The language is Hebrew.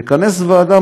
אני מכנס ועדה,